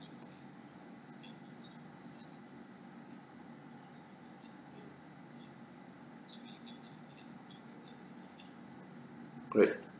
correct